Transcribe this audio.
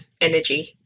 energy